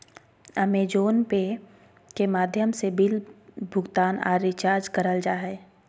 अमेज़ोने पे के माध्यम से बिल भुगतान आर रिचार्ज करल जा हय